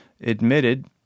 admitted